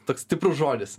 toks stiprus žodis